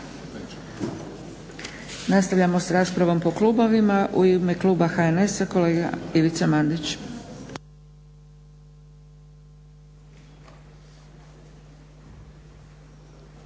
Nastavljamo s raspravom po klubovima. U ime kluba HNS-a kolega Ivica Mandić.